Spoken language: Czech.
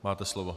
Máte slovo.